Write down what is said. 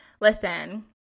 listen